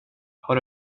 har